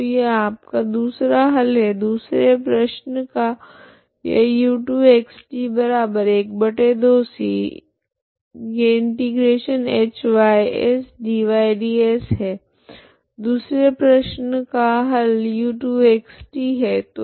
तो यह आपका दूसरा हल है दूसरे प्रश्न का यह है दूसरे प्रश्न का हल u2xt है